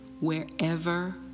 wherever